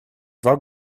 два